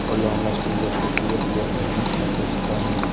ও long lasting যে একটা সিয়ে থাকবে ফ্র্যাগরেন্স থাকবে সেটাও নেই